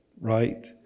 right